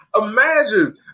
Imagine